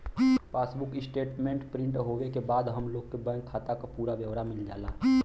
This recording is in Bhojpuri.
पासबुक स्टेटमेंट प्रिंट होये के बाद हम लोग के बैंक खाता क पूरा ब्यौरा मिल जाला